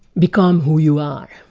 become who you are,